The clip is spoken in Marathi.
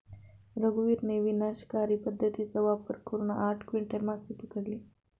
रघुवीरने विनाशकारी पद्धतीचा वापर करून आठ क्विंटल मासे पकडले